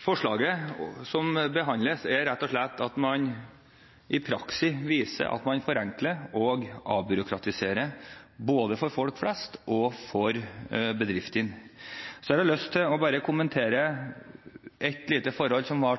Forslaget som behandles, viser rett og slett at man forenkler og avbyråkratiserer, både for folk flest og for bedriftene. Jeg har lyst til å kommentere et lite forhold som ble